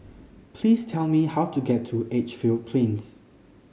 please tell me how to get to Edgefield Plains